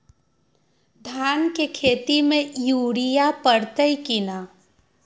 धान के खेती में यूरिया परतइ कि न?